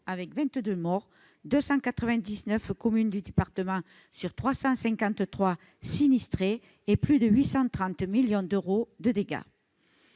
avec 22 morts, 299 communes du département sinistrées sur 353 et plus de 830 millions d'euros de dégâts.